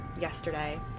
yesterday